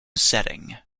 setting